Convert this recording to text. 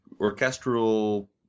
orchestral